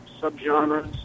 subgenres